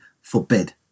forbid